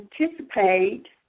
anticipate